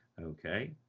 okay